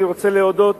אני רוצה להודות